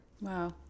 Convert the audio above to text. wow